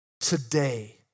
today